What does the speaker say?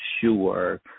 sure